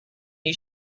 you